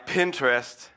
Pinterest